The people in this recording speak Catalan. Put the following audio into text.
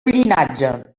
llinatge